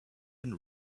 been